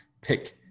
Pick